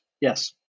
Yes